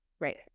Right